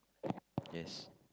yes